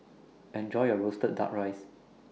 Enjoy your Roasted Duck Rice